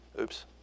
Oops